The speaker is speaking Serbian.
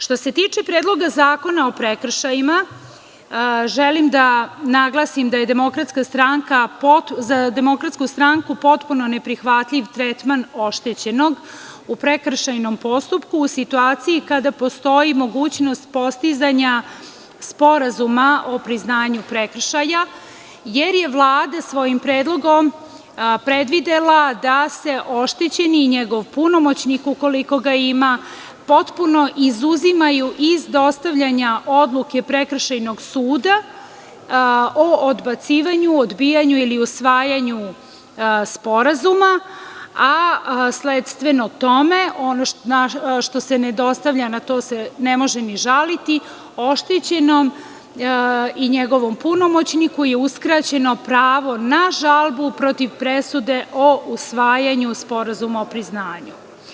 Što se tiče Predloga zakona o prekršajima, želim da naglasim da je za DS potpuno neprihvatljiv tretman oštećenog u prekršajnom postupku, u situaciji kada postoji mogućnost postizanja sporazuma o priznanju prekršaja, jer je Vlada svojim predlogom predvidela da se oštećeni i njegov punomoćnik, ukoliko ga ima, potpuno izuzimaju iz dostavljanja odluke prekršajnog suda o odbacivanju, odbijanju ili usvajanju sporazuma, a sledstveno tome, ono što se ne dostavlja na to se ne može ni želeti, oštećenom i njegovom punomoćniku je uskraćeno pravo na žalbu protiv presude o usvajanju sporazuma o priznanju.